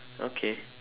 okay